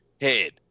head